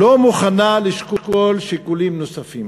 ולא מוכנה לשקול שיקולים נוספים.